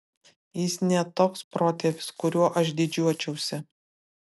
jis ne toks protėvis kuriuo aš didžiuočiausi